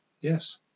Yes